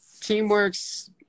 Teamwork's